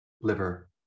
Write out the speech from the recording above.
liver